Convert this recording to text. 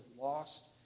lost